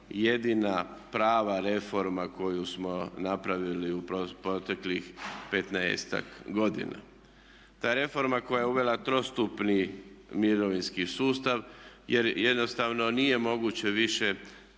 jedina prava reforma koju smo napravili u proteklih petnaestak godina. Ta reforma koja je uvela trostupni mirovinski sustav jer jednostavno nije moguće više